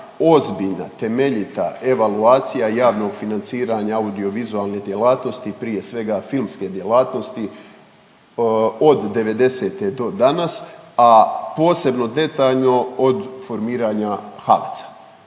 ozbiljna, temeljita evaluacija javnog financiranja audiovizualne djelatnosti, prije svega filmske djelatnosti od '90.-te do danas, a posebno detaljno od formiranja HAVC-a,